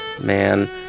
man